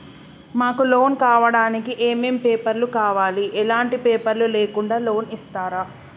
మాకు లోన్ కావడానికి ఏమేం పేపర్లు కావాలి ఎలాంటి పేపర్లు లేకుండా లోన్ ఇస్తరా?